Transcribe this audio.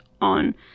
on